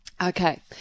Okay